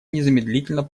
незамедлительно